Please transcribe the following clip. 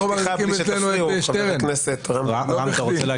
אנחנו מחזיקים אצלנו את שטרן לא בכדי.